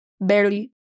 barely